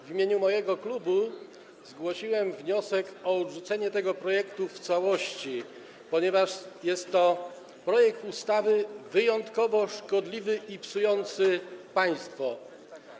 W imieniu mojego klubu zgłosiłem wniosek o odrzucenie tego projektu w całości, ponieważ jest to projekt ustawy wyjątkowo szkodliwy i psujący państwo.